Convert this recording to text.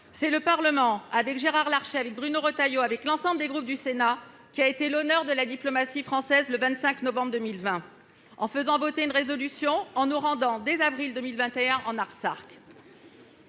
C'est le Parlement, avec Gérard Larcher, Bruno Retailleau, l'ensemble des groupes du Sénat, qui a été l'honneur de la diplomatie française, le 25 novembre 2020, en faisant voter une résolution et en nous rendant dès le mois d'avril 2021 en Artsakh.